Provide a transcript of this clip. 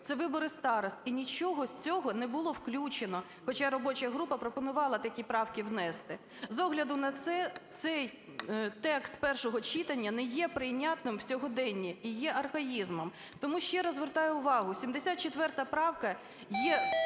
це вибори старост, і нічого з цього не було включено, хоча робоча група пропонувала такі правки внести. З огляду на це цей текст першого читання не є прийнятним в сьогоденні і є архаїзмом. Тому ще раз звертаю увагу, 74 правка є